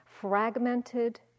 fragmented